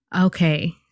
okay